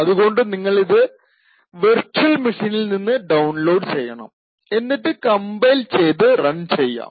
അതുകൊണ്ട് നിങ്ങളിത് വിർച്ച്വൽ മെഷീനിൽ നിന്ന് ഡൌൺലോഡ് ചെയ്യണം എന്നിട്ട് കംപൈൽ ചെയ്തു റൺ ചെയ്യാം